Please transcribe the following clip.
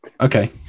Okay